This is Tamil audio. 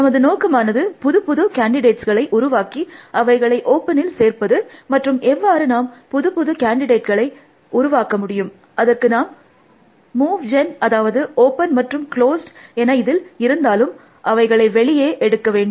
நமது நோக்கமானது புதுப்புது கேன்டிடேட்ஸ்களை உருவாக்கி அவைகளை ஓப்பனில் சேர்ப்பது மற்றும் எவ்வாறு நாம் புதுப்புது கேன்டிடேட்களை எவ்வாறு உருவாக்க முடியும் அதற்கு நாம் மூவ் ஜென்னில் அதாவது ஓப்பன் மற்றும் க்ளோஸ்ட் என இதில் இருந்தாலும் அவைகளை வெளியே எடுக்க வேண்டும்